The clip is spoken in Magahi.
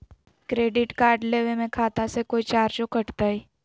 क्रेडिट कार्ड लेवे में खाता से कोई चार्जो कटतई?